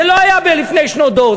זה לא היה לפני שנות דור.